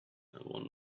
one